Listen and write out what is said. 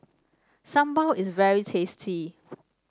sambal is very tasty